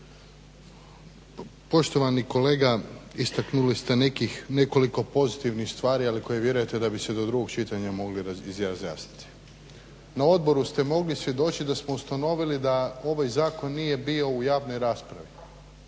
Poštovani kolega istaknuli ste nekoliko pozitivnih stvari, ali koje vjerujete da bi se do drugog čitanja mogle razjasniti. Na odboru ste mogli svjedočiti da smo ustanovili da ovaj zakon nije bio u javnoj raspravi,